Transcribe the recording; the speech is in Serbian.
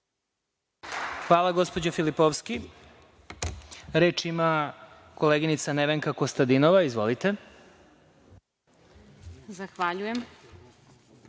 Hvala, gospođo Filipovski. Reč ima koleginica Nevenka Kostadinova. Izvolite. **Nevenka